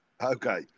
okay